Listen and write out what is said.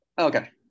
Okay